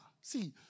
see